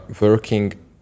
working